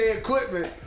equipment